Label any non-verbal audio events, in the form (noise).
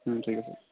(unintelligible)